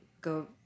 go